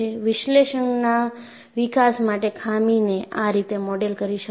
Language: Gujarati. વિશ્લેષણના વિકાસ માટે ખામીને આ રીતે મોડેલ કરી શકાય છે